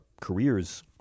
careers